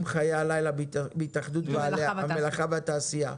חיי הלילה בהתאחדות בעלי המלאכה והתעשייה.